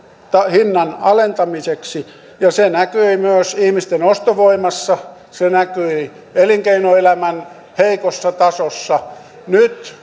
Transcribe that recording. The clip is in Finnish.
hinnan alentamiseksi ja se näkyi myös ihmisten ostovoimassa se näkyi elinkeinoelämän heikossa tasossa nyt